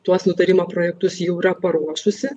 tuos nutarimo projektus jau yra paruošusi